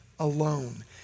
Alone